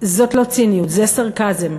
זאת לא ציניות, זה סרקזם.